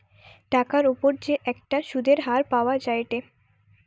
টাকার উপর যে একটা সুধের হার পাওয়া যায়েটে